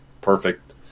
perfect